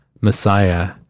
Messiah